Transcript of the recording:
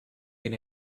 been